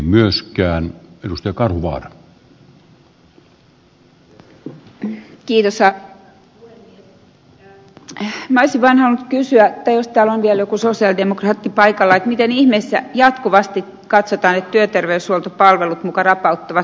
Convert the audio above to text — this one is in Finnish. minä olisin vain halunnut kysyä jos täällä on vielä joku sosialidemokraatti paikalla miten ihmeessä jatkuvasti katsotaan että työterveyshuoltopalvelut muka rapauttavat perusterveydenhuoltoa